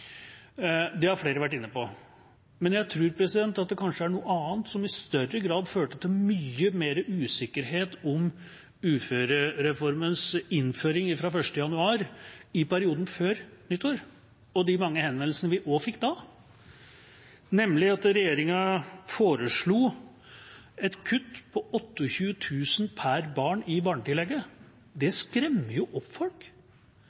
Det har flere vært inne på. Men jeg tror at det kanskje er noe annet som i større grad førte til mye mer usikkerhet om uføreformens innføring fra 1. januar, i perioden før nyttår og de mange henvendelsene vi også fikk da, nemlig at regjeringa foreslo et kutt på 28 000 kr per barn i barnetillegget. Det skremmer jo opp folk.